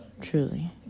Truly